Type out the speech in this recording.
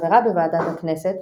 חברה בוועדת הכנסת,